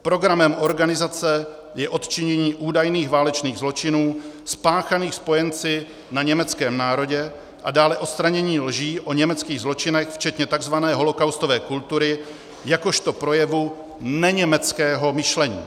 Programem organizace je odčinění údajných válečných zločinů spáchaných spojenci na německém národě a dále odstranění lží o německých zločinech včetně takzvané holocaustové kultury jakožto projevu neněmeckého myšlení.